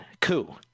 coup